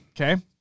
Okay